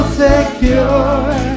secure